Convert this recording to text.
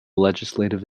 legislative